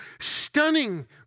stunning